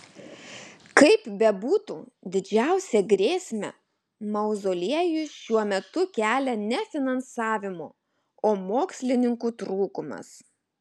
kaip bebūtų didžiausią grėsmę mauzoliejui šiuo metu kelia ne finansavimo o mokslininkų trūkumas